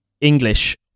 English